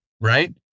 right